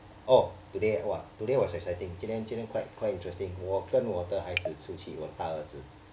oh today !wah! today was exciting 今天今天 quite quite interesting 我跟我的孩子出去我大儿子